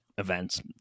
events